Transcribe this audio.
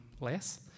less